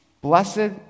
Blessed